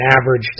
average